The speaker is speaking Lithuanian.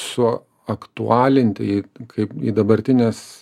suaktualinti į kaip į dabartines